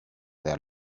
their